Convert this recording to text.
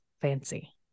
fancy